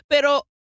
Pero